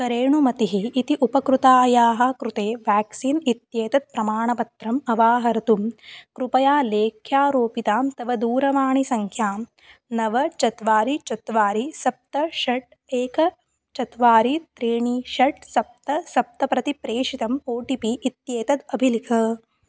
करेणुमतिः इति उपकृतायाः कृते व्याक्सीन् इत्येतत् प्रमाणपत्रम् अवाहर्तुं कृपया लेख्यारोपितां तव दूरवाणीसङ्ख्यां नव चत्वारि चत्वारि सप्त षट् एकं चत्वारि त्रीणि षट् सप्त सप्त प्रति प्रेषितम् ओ टि पि इत्येतत् अभिलिख